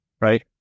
Right